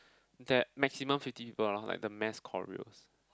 that maximum fifty people lor like the mass choreos